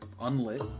Unlit